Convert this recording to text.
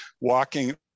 walking